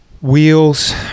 Wheels